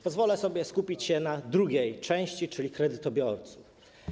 Pozwolę sobie skupić się na drugiej części, czyli kredytobiorcach.